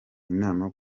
inama